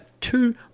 two